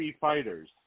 fighters